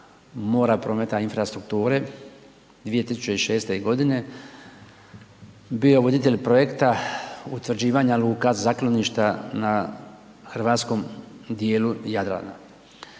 mora, prometa i infrastrukture 2006. godine bio voditelj projekta utvrđivanja luka, zakloništa na hrvatskom dijelu Jadrana